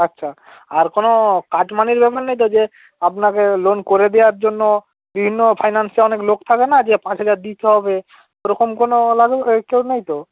আচ্ছা আর কোনও কাটমানির ব্যাপার নেই তো যে আপনাকে লোন করে দেওয়ার জন্য বিভিন্ন ফাইনান্সে অনেক লোক থাকে না যে পাঁচ হাজার দিতে হবে ওরকম কোনো লাগু রেট চোর নেই তো